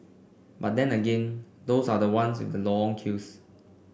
but then again those are the ones with the long queues